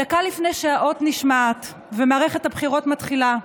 דקה לפני שהאות נשמעת ומערכת הבחירות מתחילה,